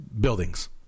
Buildings